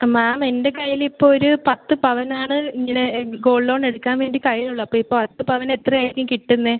മാം എന്റെ കയ്യിലിപ്പോൾ ഒരു പത്ത് പവനാണ് ഇവിടെ ഗോൾഡ് ലോൺ എടുക്കാൻ വേണ്ടി കയ്യിലുള്ളത് അപ്പോൾ ഈ പത്ത് പവന് എത്രയായിരിക്കും കിട്ടുന്നത്